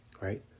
right